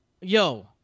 yo